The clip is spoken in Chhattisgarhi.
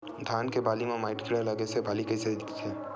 धान के बालि म माईट कीड़ा लगे से बालि कइसे दिखथे?